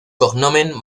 cognomen